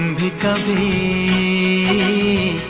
become a